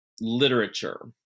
literature